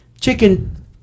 chicken